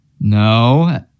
No